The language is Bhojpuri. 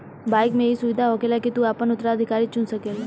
बाइक मे ई सुविधा होखेला की तू आपन उत्तराधिकारी चुन सकेल